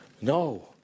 No